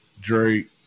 Drake